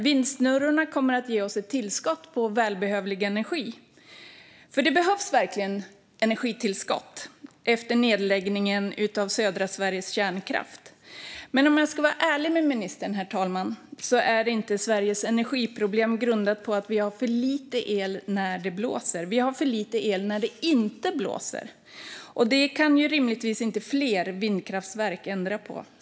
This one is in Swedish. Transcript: Vindsnurrorna kommer dock att ge oss ett välbehövligt tillskott på energi. Det behövs verkligen energitillskott efter nedläggningen av södra Sveriges kärnkraft. Men om jag ska vara ärlig med ministern, herr talman, ska jag säga att Sveriges energiproblem inte är grundat på att vi har för lite el när det blåser. Vi har för lite el när det inte blåser, och detta kan rimligtvis inte fler vindkraftverk ändra på.